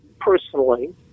personally